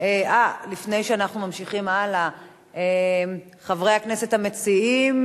לפני שאנחנו ממשיכים הלאה, חברי הכנסת המציעים,